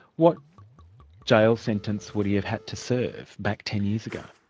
what jail sentence would he have had to serve back ten years ago?